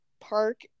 park